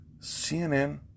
CNN